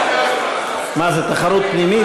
מה זה, תחרות פנימית?